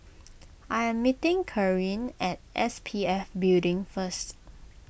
I am meeting Karin at S P F Building first